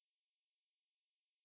twelve midnight